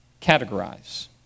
categorize